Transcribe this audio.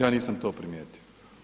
Ja nisam to primijetio.